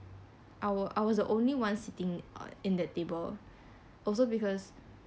I was I was the only one sitting on in that table only because